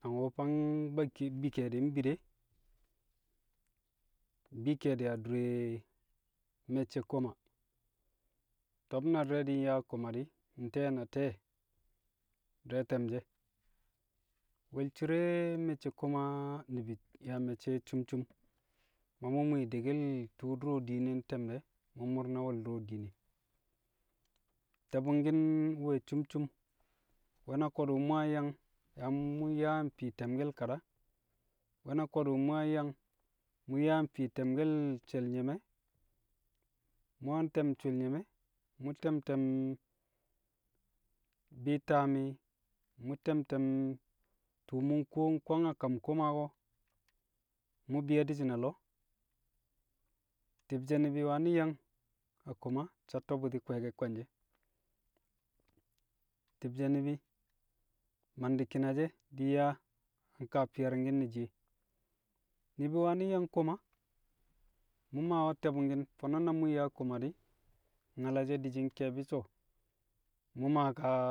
Nang wu̱ fang bakki mbi ke̱e̱di̱ mbi de, mbi ke̱e̱di̱ a ndure mme̱cce̱ koma. To̱b na di̱re̱ di̱ nyaa koma di̱, nte̱e̱ na te̱e̱ di̱re̱ te̱mshi̱ e̱. Wo̱l cire me̱cce̱ koma ni̱bi̱ yaa mẹccẹ cum cum. Ma mu̱ mwi̱i̱ dekkel tu̱u̱ du̱ro̱ dine nte̱m de̱ mu̱ mu̱r na wo̱l du̱ro̱ dine. Te̱bu̱ngki̱n we̱ cum cum. We̱ na ko̱du̱ mu̱ yang yang, yaa mu̱ yaa fii te̱mke̱l kada. We̱ na ko̱du̱ mu̱ yang mu̱ yaa fii te̱mke̱lkel she̱l nye̱me̱. Mu̱ yang te̱m shol nyi̱mẹ, mu̱ te̱m te̱m bi̱ taami̱, mu̱ tẹm tẹm tu̱u̱ mu̱ nkuwo nkwang a kam koma ko̱. mu̱ bi̱yo̱ di̱shi̱n a lo̱o̱. Ti̱bshẹ ni̱bi̱ wani̱ yang a koma satto̱ bu̱ti̱ kwe̱e̱ke̱ kwe̱nje̱. Ti̱bshẹ ni̱bi̱ mandi̱ ki̱na she̱, di̱ nyaa koma she̱, di̱ nyaa kaa fi̱ye̱ri̱ngki̱n she̱. Ni̱bi̱ wani̱ yang koma mu̱ mawe̱ te̱bu̱ngki̱n fo̱no̱ na mu̱ nyaa koma di̱, nyala she̱ di̱shi̱ nke̱e̱bi̱ so̱, mu̱ maa kaa,